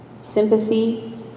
sympathy